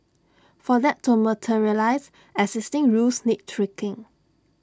for that to materialise existing rules need tweaking